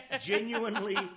Genuinely